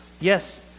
yes